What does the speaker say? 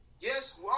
Yes